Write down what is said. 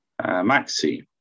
Maxi